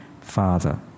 Father